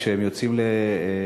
כשהם יוצאים לגמלאות,